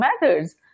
methods